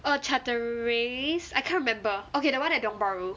orh chateraise I can't remember okay the [one] at tiong bahru